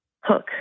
hook